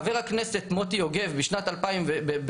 חבר הכנסת לשעבר מוטי יוגב בשנת 2006